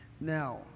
Now